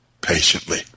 patiently